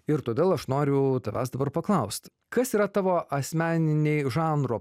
ir todėl aš noriu tavęs dabar paklaust kas yra tavo asmeniniai žanro